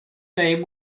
name